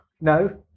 no